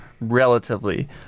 relatively